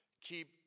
keep